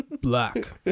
black